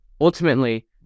Ultimately